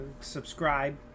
subscribe